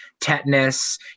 tetanus